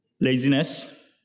laziness